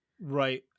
Right